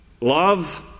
love